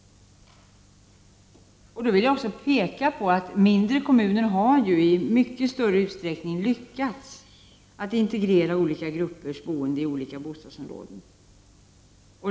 Jag vill peka på att mindre kommuner i mycket större utsträckning än storstadsområdena lyckats integrera olika gruppers boende i olika bostadsområden.